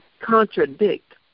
contradict